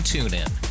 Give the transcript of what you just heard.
TuneIn